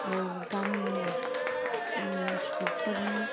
गामिनि सुबुंफोरनि